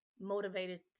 motivated